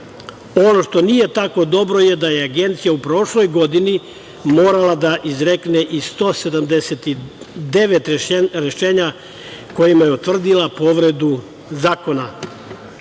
što nije tako, dobro je da je agencija u prošloj godini morala da izrekne i 189 rešenja kojima je utvrdila povredu zakona,